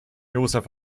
josef